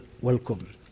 welcome